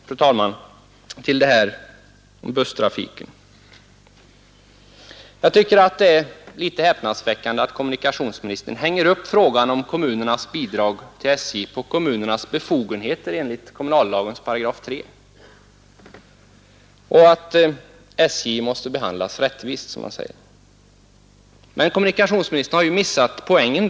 Beträffande busstrafiken tycker jag att det är litet häpnadsväckande att kommunikationsministern hänger upp frågan om kommunernas bidrag till SJ på kommunernas befogenheter enligt kommunallagens § 3 och att SJ måste behandlas rättvist, som han säger. Kommunikationsministern har ju där missat poängen.